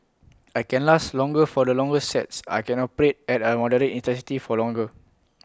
I can last longer for the longer sets I can operate at A moderate intensity for longer